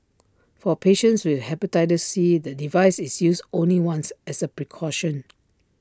for patients with Hepatitis C the device is used only once as A precaution